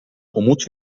umut